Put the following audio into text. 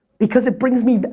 because it brings me,